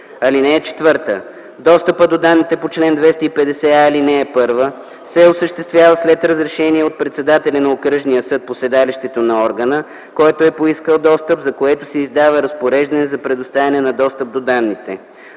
искането. (4) Достъпът до данните по чл. 250а, ал. 1 се осъществява след разрешение от председателя на окръжния съд по седалището на органа, който е поискал достъп, за което се издава разпореждане за предоставяне на достъп до данните.